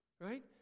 right